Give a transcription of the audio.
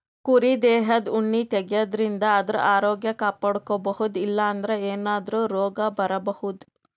ಕುರಿ ದೇಹದ್ ಉಣ್ಣಿ ತೆಗ್ಯದ್ರಿನ್ದ ಆದ್ರ ಆರೋಗ್ಯ ಕಾಪಾಡ್ಕೊಬಹುದ್ ಇಲ್ಲಂದ್ರ ಏನಾದ್ರೂ ರೋಗ್ ಬರಬಹುದ್